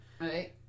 Right